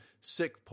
sick